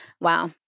wow